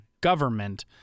government